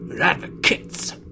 advocates